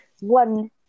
one